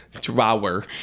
Drawer